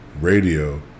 radio